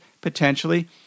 potentially